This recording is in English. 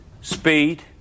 speed